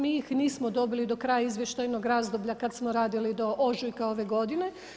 Mi ih nismo dobili do kraja izvještajnog razdoblja kad smo radili do ožujka ove godine.